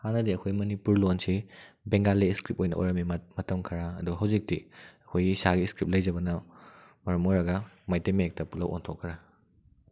ꯍꯥꯟꯅꯗꯤ ꯑꯩꯈꯣꯏ ꯃꯅꯤꯄꯨꯔ ꯂꯣꯟꯁꯤ ꯕꯦꯡꯒꯥꯂꯤ ꯏꯁꯀ꯭ꯔꯤꯞ ꯑꯣꯏꯅ ꯑꯣꯏꯔꯝꯃꯤ ꯃꯇꯝ ꯈꯔ ꯑꯗꯣ ꯍꯧꯖꯤꯛꯇꯤ ꯑꯩꯈꯣꯏꯒꯤ ꯏꯁꯥꯒꯤ ꯏꯁꯀ꯭ꯔꯤꯞ ꯂꯩꯖꯕꯅ ꯃꯔꯝ ꯑꯣꯏꯔꯒ ꯃꯩꯇꯩ ꯃꯌꯦꯛꯇ ꯄꯨꯂꯞ ꯑꯣꯟꯊꯣꯛꯈ꯭ꯔꯦ